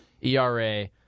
ERA